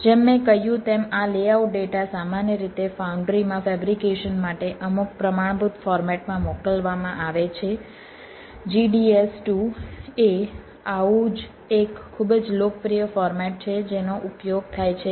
જેમ મેં કહ્યું તેમ આ લેઆઉટ ડેટા સામાન્ય રીતે ફાઉન્ડ્રી માં ફેબ્રિકેશન માટે અમુક પ્રમાણભૂત ફોર્મેટ માં મોકલવામાં આવે છે GDS2 એ આવું જ એક ખૂબ જ લોકપ્રિય ફોર્મેટ છે જેનો ઉપયોગ થાય છે